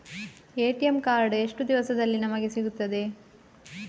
ATM card ಎಷ್ಟು ದಿವಸದಲ್ಲಿ ನಮಗೆ ಸಿಗುತ್ತದೆ?